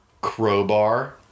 crowbar